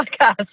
podcast